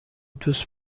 دوست